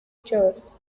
cyose